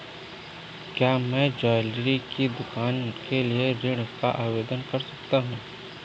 क्या मैं ज्वैलरी की दुकान के लिए ऋण का आवेदन कर सकता हूँ?